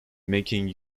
making